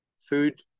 food